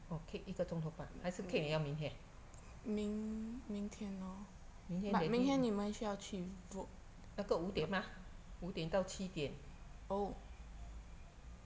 oh cake 一个钟头半还是 cake 你要明天明天 daddy 那个五点嘛五点到七天